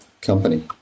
company